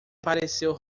pareceu